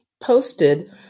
posted